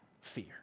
fear